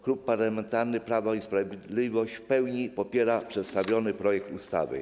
Klub Parlamentarny Prawo i Sprawiedliwość w pełni popiera przedstawiony projekt ustawy.